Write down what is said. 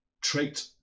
trait